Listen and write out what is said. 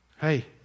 Hey